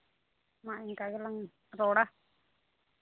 ᱢᱟ ᱮᱱᱠᱟ ᱜᱮᱞᱟᱝ ᱨᱚᱲᱟ